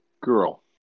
girl